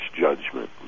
judgment